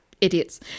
idiots